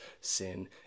sin